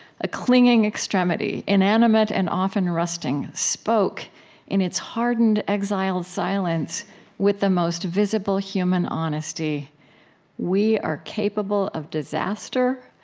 a clinging extremity, inanimate and often rusting, spoke in its hardened, exiled silence with the most visible human honesty we are capable of disaster.